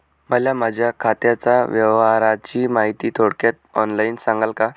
मला माझ्या खात्याच्या व्यवहाराची माहिती थोडक्यात ऑनलाईन सांगाल का?